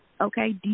okay